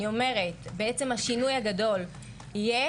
אני אומרת, השינוי הגדול יהיה